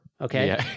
Okay